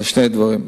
אז שני דברים.